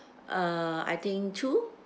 uh I think two